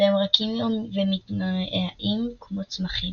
והם רכים ומתנועעים כמו צמחים.